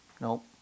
Nope